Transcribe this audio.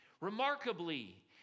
remarkably